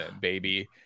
baby